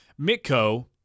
Mitko